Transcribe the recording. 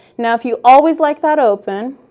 now, if you always like that open,